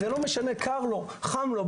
זה לא משנה אם קר או חם לו,